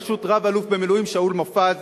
בראשות רב-אלוף במילואים שאול מופז,